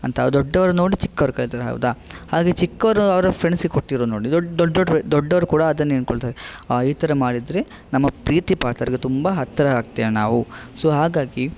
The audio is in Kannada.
ಅಂತ ದೊಡ್ಡವರು ನೋಡಿ ಚಿಕ್ಕವರು ಕಲಿತಾರೆ ಹೌದಾ ಹಾಗೆ ಚಿಕ್ಕವರು ಅವರ ಫ್ರೆಂಡ್ಸಿಗೆ ಕೊಟ್ಟಿರೋದು ನೋಡಿ ದೊಡ್ಡ ದೊಡ್ಟ ದೊಡ್ಡವರು ಕೂಡ ಅದನ್ನೇ ಅಂದ್ಕೊಳ್ತಾರೆ ಆ ಈ ಥರ ಮಾಡಿದ್ರೆ ನಮ್ಮ ಪ್ರೀತಿ ಪಾತ್ರರಿಗೆ ತುಂಬ ಹತ್ರ ಆಗ್ತೇವೆ ನಾವು ಸೊ ಹಾಗಾಗಿ